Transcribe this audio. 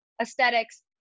aesthetics